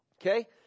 Okay